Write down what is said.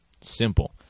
Simple